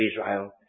Israel